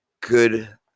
good